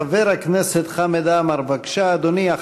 חבר הכנסת חמד עמאר, בבקשה, אדוני.